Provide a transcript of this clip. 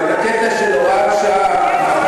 אבל הקטע של הוראת שעה.